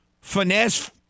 finesse